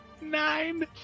Nine